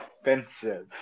offensive